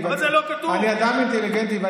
אתה אדם אינטליגנטי.